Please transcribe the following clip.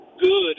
good